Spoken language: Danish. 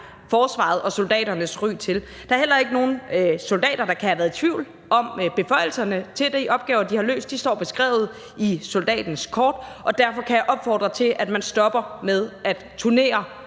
forsvaret og soldaternes ry. Der er heller ikke nogen soldater, der kan have været i tvivl om beføjelserne i forhold til de opgaver, de har løst; de står beskrevet i soldatens kort, og derfor kan jeg opfordre til, at man stopper med at turnere